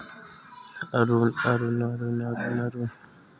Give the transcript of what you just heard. का एयरटेल के टावर बने चलथे?